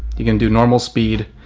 you can do normal speed.